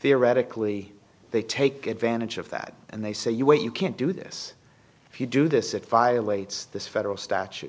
theoretically they take advantage of that and they say you wait you can't do this if you do this it violates this federal statu